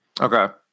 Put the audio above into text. Okay